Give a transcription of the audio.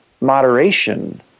moderation